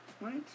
right